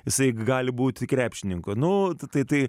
jisai gali būti krepšininku nu tai tai